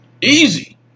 Easy